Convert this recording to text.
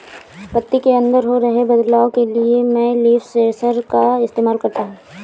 पत्ती के अंदर हो रहे बदलाव के लिए मैं लीफ सेंसर का इस्तेमाल करता हूँ